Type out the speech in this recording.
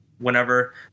whenever